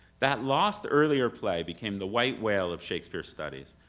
that lost earlier play became the white whale of shakespeare studies,